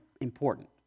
important